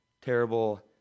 terrible